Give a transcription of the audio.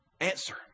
answer